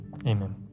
amen